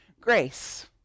grace